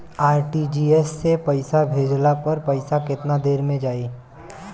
RTGS से पईसा भेजला पर पईसा केतना देर म जाई?